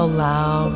Allow